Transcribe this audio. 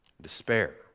despair